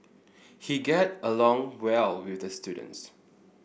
he get along well with the students